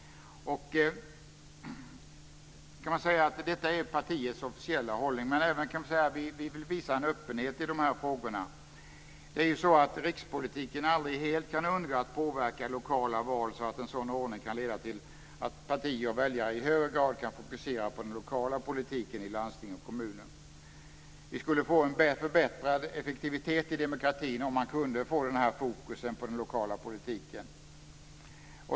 Detta är partiets officiella hållning, men det kan även sägas att vi visar en öppenhet i dessa frågor. Även om rikspolitiken aldrig helt kan undgå att påverka lokala val, kan en sådan ordning leda till att partierna och väljarna i högre grad kan fokusera på den lokala politiken i landsting och kommuner. Vi skulle få en förbättrad effektivitet i demokratin, om vi kunde få ett sådant fokus på den lokala politiken.